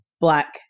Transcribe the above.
black